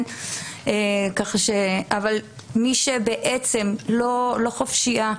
אבל מי שבעצם לא חופשיה,